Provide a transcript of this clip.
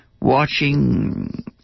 watching